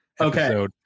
Okay